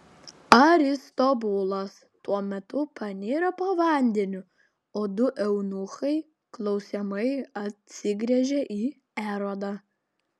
aristobulas tuo metu paniro po vandeniu o du eunuchai klausiamai atsigręžė į erodą